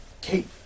Kate